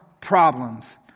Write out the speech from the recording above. problems